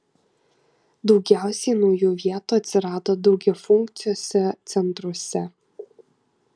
daugiausiai naujų vietų atsirado daugiafunkciuose centruose